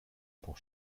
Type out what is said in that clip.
pour